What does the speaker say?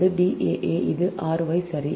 அது D a a இது r y சரி